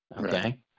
Okay